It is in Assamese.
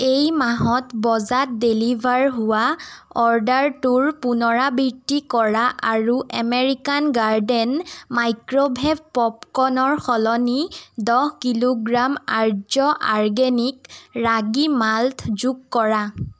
এই মাহত বজাত ডেলিভাৰ হোৱা অৰ্ডাৰটোৰ পুনৰাবৃত্তি কৰা আৰু এমেৰিকান গাৰ্ডেন মাইক্ৰ'ভেভ পপকনৰ সলনি দশ kilogram Arya organic ragi malt যোগ কৰা